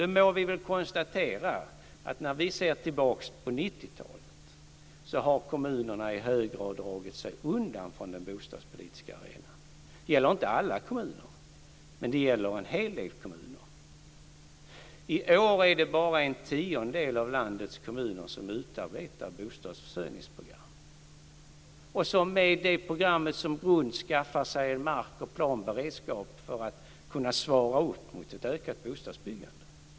Vi må väl konstatera, när vi ser tillbaka på 90-talet, att kommunerna i hög grad har dragit sig undan från den bostadspolitiska arenan. Det gäller inte alla kommuner, men det gäller en hel del. I år är det bara en tiondel av landets kommuner som utarbetar bostadsförsörjningsprogram och som med det programmet som grund skaffar sig en mark och planberedskap för att kunna svara mot ett ökat bostadsbyggande.